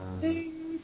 Ding